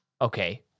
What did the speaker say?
Okay